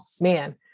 man